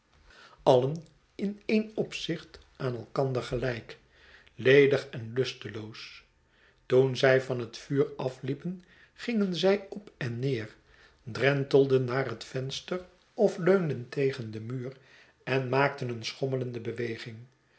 alien in een opzicht aan elkander gelijk ledig en lusteloos toen zij van het vuur afliepen gingen zij op en neer drentelden naar het venster of leunden tegen den muur en maakten een schommelende beweging